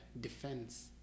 defense